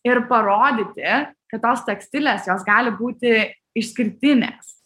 ir parodyti kad tos tekstilės jos gali būti išskirtinės